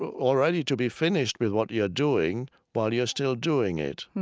already to be finished with what you're doing while you're still doing it.